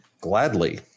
Gladly